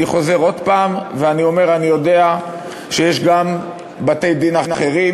אני חוזר עוד הפעם ואני אומר: אני יודע שיש גם בתי-דין אחרים,